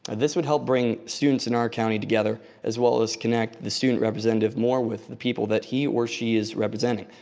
and this would help bring students in our county together as well as connect the student representative more with the students that he or she is representing.